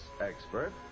expert